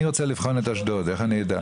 אני רוצה לבחון רק את אשדוד, איך אני אדע?